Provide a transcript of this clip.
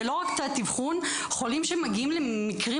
ולא רק תת-אבחון חולים שמגיעים למקרים